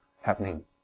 happening